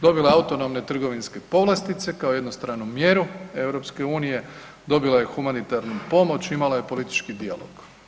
Dobila je autonomne trgovinske povlastice kao jednostranu mjeru EU, dobila je humanitarnu pomoć, imala je politički dijalog.